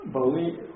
believe